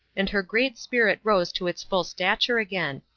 and her great spirit rose to its full stature again.